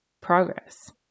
progress